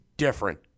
Different